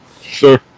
Sure